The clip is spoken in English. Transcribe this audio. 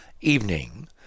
evening